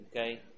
Okay